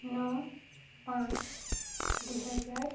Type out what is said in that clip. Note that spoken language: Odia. ନଅ ପାଞ୍ଚ ଦୁଇହଜାର